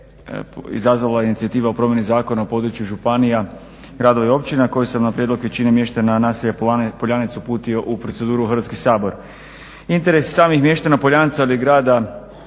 izazvala inicijativa o promjeni Zakona o području županija, gradova i općina koji sam na prijedlog većine mještana naselja Poljanec uputio u proceduru u Hrvatski sabor. Interes samih mještana Poljanca ili grada